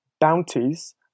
bounties